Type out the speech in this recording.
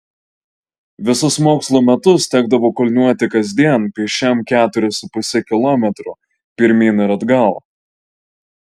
visus mokslo metus tekdavo kulniuoti kasdien pėsčiam keturis su puse kilometro pirmyn ir atgal